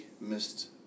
missed